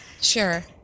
Sure